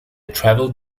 travelled